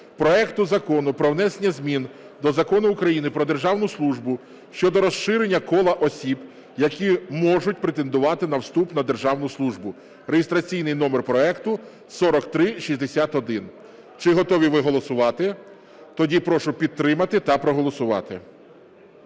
проекту Закону про внесення змін до Закону України "Про державну службу" щодо розширення кола осіб, які можуть претендувати на вступ на державну службу (реєстраційний номер проекту 4361). Чи готові ви голосувати? Тоді прошу підтримати та проголосувати.